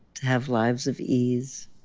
to have lives of ease.